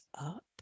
up